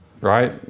Right